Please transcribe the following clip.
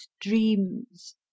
dreams